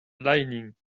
lining